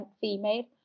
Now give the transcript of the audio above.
female